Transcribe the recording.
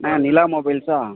அண்ணன் நிலா மொபைல்ஸா